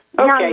Okay